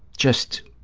just